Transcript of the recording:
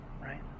right